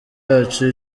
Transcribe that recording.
yacu